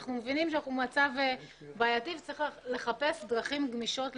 אנחנו מבינים שאנחנו במצב בעייתי צריך לחופש דרכים גמישות,